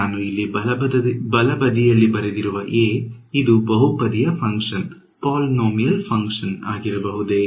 ನಾನು ಇಲ್ಲಿ ಬಲಬದಿಯಲ್ಲಿ ಬರೆದಿರುವ a ಇದು ಬಹುಪದೀಯ ಫಂಕ್ಷನ್ ಆಗಿರಬಹುದೇ